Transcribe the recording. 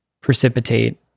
precipitate